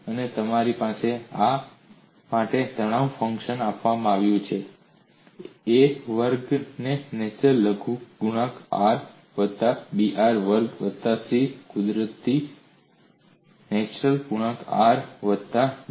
અને તમારી પાસે આ માટે તણાવ ફંક્શન આપવામાં આવ્યું છે A r વર્ગ નેચરલ લઘુગણક r વત્તા B r વર્ગ વત્તા C કુદરતી લઘુગણક r વત્તા D